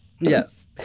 Yes